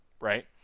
right